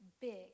big